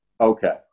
Okay